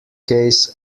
case